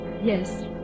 Yes